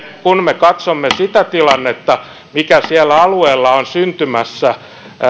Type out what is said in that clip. kun me katsomme sitä tilannetta mikä siellä alueella on syntymässä